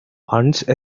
once